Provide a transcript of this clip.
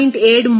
09 0